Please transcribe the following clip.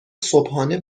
صبحانه